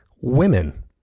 women